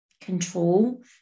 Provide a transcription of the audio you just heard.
control